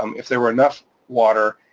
um if there were enough water,